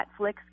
Netflix